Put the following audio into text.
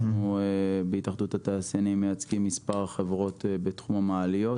אנחנו בהתאחדות התעשיינים מייצגים מספר חברות בתחום המעליות,